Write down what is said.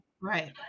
right